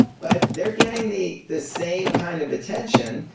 but they're getting the the same kind of attention,